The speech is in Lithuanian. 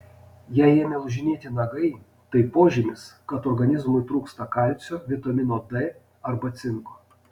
jei ėmė lūžinėti nagai tai požymis kad organizmui trūksta kalcio vitamino d arba cinko